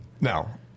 Now